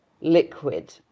liquid